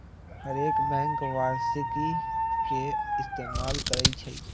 हरेक बैंक वारषिकी के इस्तेमाल करई छई